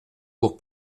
pour